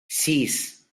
sis